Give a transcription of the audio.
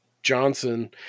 Johnson